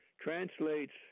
translates